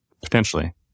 Potentially